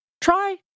Try